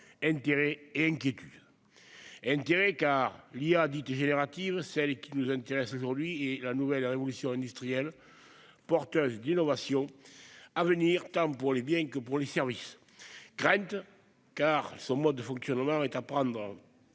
intérêt et inquiétudes. Intérêt, car l'intelligence artificielle dite « générative »- celle qui nous intéresse aujourd'hui -est une nouvelle révolution industrielle, porteuse d'innovations à venir tant pour les biens que pour les services. Inquiétudes, car son mode de fonctionnement est de prendre